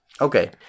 Okay